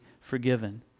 forgiven